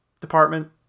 department